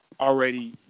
already